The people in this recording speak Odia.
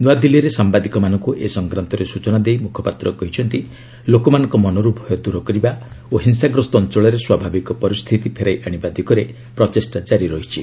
ନୂଆଦିଲ୍ଲୀରେ ସାମ୍ଭାଦିକମାନଙ୍କୁ ଏ ସଂକ୍ରାନ୍ତରେ ସ୍ବଚନା ଦେଇ ମୁଖପାତ୍ର କହିଛନ୍ତି ଲୋକମାନଙ୍କ ମନରୁ ଭୟ ଦୂର କରିବା ଓ ହିଂସାଗ୍ରସ୍ତ ଅଞ୍ଚଳରେ ସ୍ୱାଭାବିକ ପରିସ୍ଥିତି ଫେରାଇ ଆଶିବା ଦିଗରେ ପ୍ରଚେଷ୍ଟା କାରି ରହିଛି